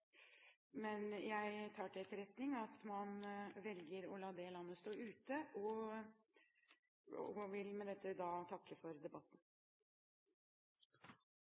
jeg tar til etterretning at man velger å la det landet stå utenfor. Jeg vil med dette takke for debatten.